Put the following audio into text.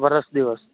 વરસ દિવસ